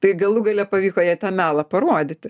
tai galų gale pavyko jai tą melą parodyti